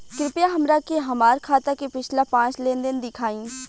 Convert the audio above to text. कृपया हमरा के हमार खाता के पिछला पांच लेनदेन देखाईं